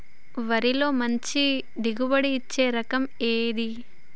వరిలో మంచి దిగుబడి ఇచ్చే రకం ఏది?